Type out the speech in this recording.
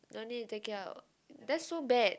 don't need to take it out that's so bad